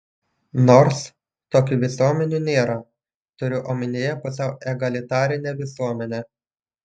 nors tokių visuomenių nėra turiu omenyje pusiau egalitarinę visuomenę